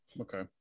Okay